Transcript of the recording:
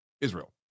Israel